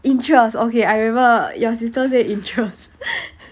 interest okay I remember your sister say interest